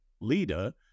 leader